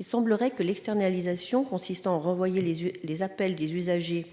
il semblerait que l'externalisation consistant à renvoyer les les appels des usagers